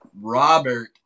Robert